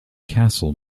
castle